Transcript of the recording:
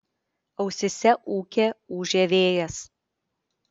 ausyse ūkė ūžė vėjas